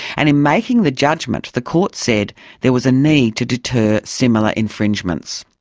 and in making the judgement the court said there was a need to deter similar infringements.